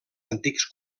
antics